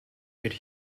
could